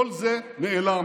כל זה נעלם.